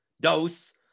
dose